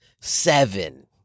seven